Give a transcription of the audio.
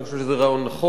אני חושב שזה רעיון נכון,